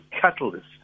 catalyst